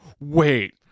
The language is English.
Wait